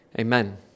Amen